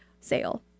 sale